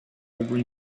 every